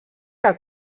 que